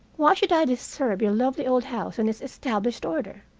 why should i disturb your lovely old house and its established order?